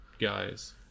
guys